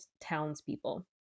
townspeople